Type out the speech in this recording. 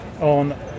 on